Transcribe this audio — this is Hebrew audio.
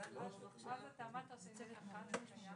ואם אנחנו רוצים לתת לפלבוטומיסטים,